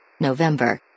November